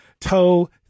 toe